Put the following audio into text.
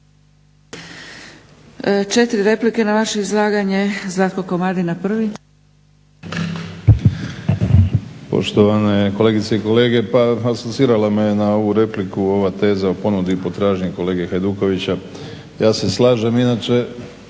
4 replike na vaše izlaganje. Zlatko Komadina prvi. **Komadina, Zlatko (SDP)** Poštovane kolegice i kolege. Pa asocirala me na ovu repliku ova teza o ponudi i potražnji kolege Hajdukovića. Ja se slažem, inače